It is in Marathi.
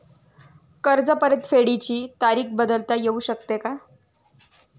कर्ज परतफेडीची तारीख बदलता येऊ शकते का?